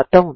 అవుతుంది